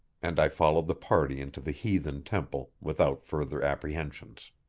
and i followed the party into the heathen temple without further apprehensions.